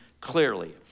clearly